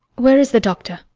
where is the doctor?